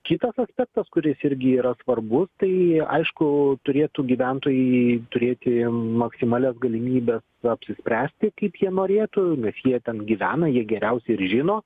kitas aspektas kuris irgi yra svarbus tai aišku turėtų gyventojai turėti maksimalias galimybes apsispręsti kaip jie norėtų nes jie ten gyvena jie geriausiai ir žino